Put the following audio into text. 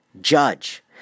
judge